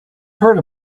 heard